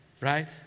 Right